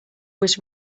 was